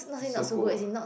Sogou ah